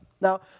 Now